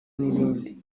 n’ibindi